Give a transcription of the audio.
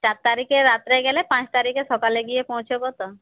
চার তারিখে রাত্রে গেলে পাঁচ তারিখে সকালে গিয়ে পৌঁছোবো তো